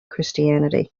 christianity